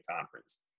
conference